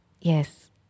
Yes